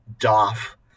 doff